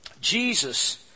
Jesus